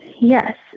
Yes